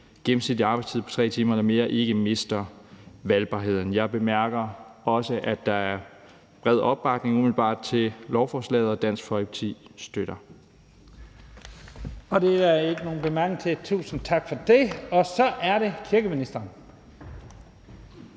ugentlig arbejdstid på 3 timer eller mere ikke mister valgbarheden. Jeg bemærker også, at der umiddelbart er bred opbakning til lovforslaget, og Dansk Folkeparti støtter